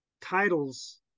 titles